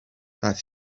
that